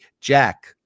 Jack